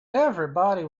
everybody